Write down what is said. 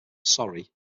sorry